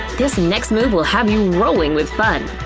this next move will have you rolling with fun.